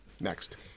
Next